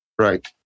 Right